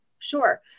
Sure